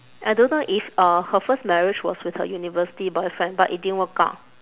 I don't know if uh her first marriage was with her university boyfriend but it didn't work out